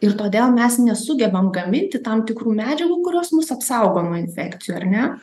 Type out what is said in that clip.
ir todėl mes nesugebam gaminti tam tikrų medžiagų kurios mus apsaugo nuo infekcijų ar ne